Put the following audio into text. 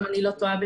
אם אני לא טועה.